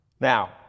Now